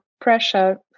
pressure